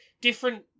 different